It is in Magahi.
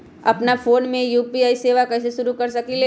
अपना फ़ोन मे यू.पी.आई सेवा कईसे शुरू कर सकीले?